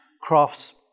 crafts